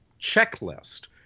checklist